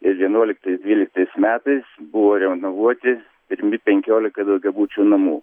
ir vienuoliktais dvyliktais metais buvo renovuoti pirmi penkiolika daugiabučių namų